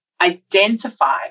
identify